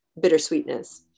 bittersweetness